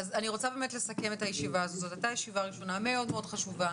אני רוצה לסכם את הישיבה שהייתה ישיבה ראשונה מאוד חשובה.